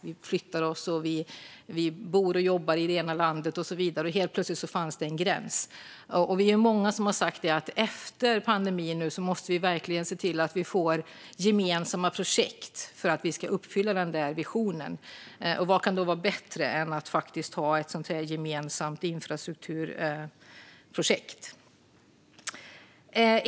Vi förflyttar oss, bor i det ena landet och jobbar i det andra och så vidare. Men helt plötsligt fanns det en gräns som märktes. Vi är många som har sagt att vi efter pandemin verkligen måste se till att vi får gemensamma projekt för att uppfylla den där visionen. Vad kan då vara bättre än att ha ett gemensamt infrastrukturprojekt?